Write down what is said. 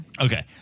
Okay